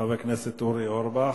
לחבר הכנסת אורי אורבך.